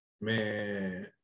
man